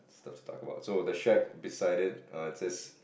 stuff to talk about so the shack beside it er it says